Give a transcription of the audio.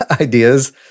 ideas